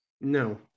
No